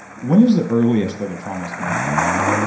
when is the earliest that a trauma's going to affect you?